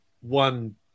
one